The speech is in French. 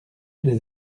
des